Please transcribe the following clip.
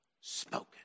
spoken